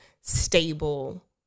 stable